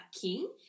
king